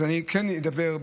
אז אני כן אדבר,